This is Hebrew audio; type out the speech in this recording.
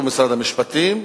או במשרד המשפטים,